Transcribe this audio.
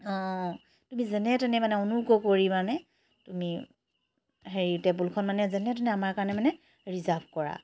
অঁ তুমি যেনে তেনে মানে অনুগ্ৰহ কৰি মানে তুমি হেৰি টেবুলখন মানে যেনে তেনে আমাৰ কাৰণে মানে ৰিজাৰ্ভ কৰা